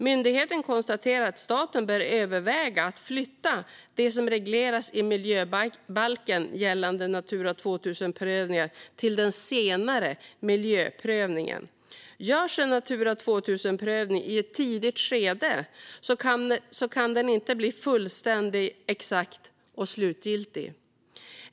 Myndigheten konstaterar att staten bör överväga att flytta det som regleras i miljöbalken gällande Natura 2000-prövningar till den senare miljöprövningen. Görs en Natura 2000-prövning i ett tidigt skede kan den inte bli fullständig, exakt och slutgiltig.